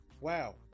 Wow